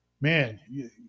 man